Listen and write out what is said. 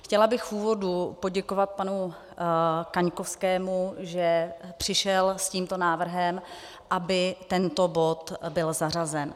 Chtěla bych v úvodu poděkovat panu Kaňkovskému, že přišel s tímto návrhem, aby byl tento bod zařazen.